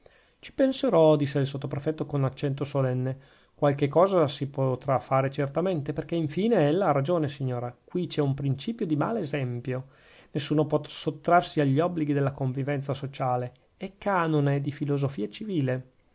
ci penserò disse il sottoprefetto con accento solenne qualche cosa si potrà fare certamente perchè infine ella ha ragione signora qui c'è un principio di mal esempio nessuno può sottrarsi agli obblighi della convivenza sociale è cànone di filosofia civile